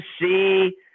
see